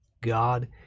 God